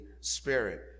Spirit